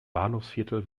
bahnhofsviertel